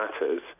matters